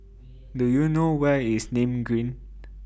Do YOU know Where IS Nim Green